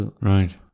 Right